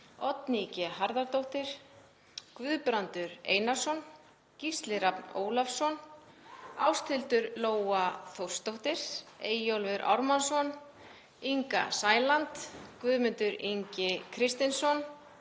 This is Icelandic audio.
Oddný G. Harðardóttir, Guðbrandur Einarsson, Gísli Rafn Ólafsson, Ásthildur Lóa Þórsdóttir, Eyjólfur Ármannsson, Inga Sæland, Guðmundur Ingi Kristinsson,